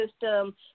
system